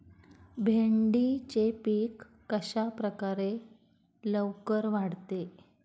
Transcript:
भेंडीचे पीक कशाप्रकारे लवकर वाढते?